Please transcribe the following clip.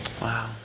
Wow